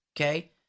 Okay